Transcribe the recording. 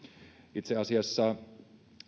itse asiassa